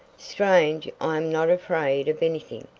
strange i am not afraid of anything,